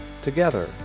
Together